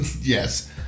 Yes